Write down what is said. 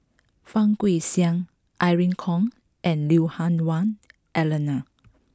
Fang Guixiang Irene Khong and Lui Hah Wah Elena